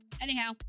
Anyhow